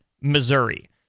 Missouri